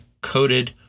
coated